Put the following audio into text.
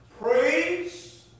Praise